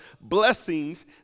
blessings